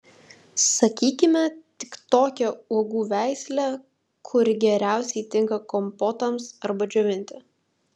sakykime tik tokią uogų veislę kuri geriausiai tinka kompotams arba džiovinti